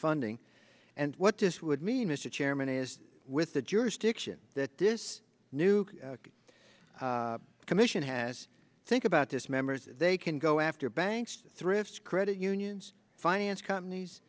funding and what this would mean mr chairman is with the jurisdiction that this new commission has think about this members they can go after banks thrift credit unions finance companies